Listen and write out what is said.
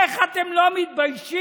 איך אתם לא מתביישים